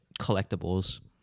collectibles